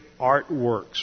artworks